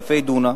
אלפי דונם,